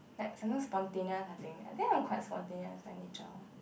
like something spontaneous I think I think I'm quite spontaneous by nature